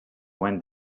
when